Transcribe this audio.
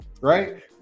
right